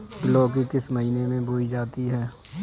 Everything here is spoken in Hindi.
लौकी किस महीने में बोई जाती है?